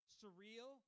surreal